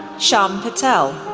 shyam patel,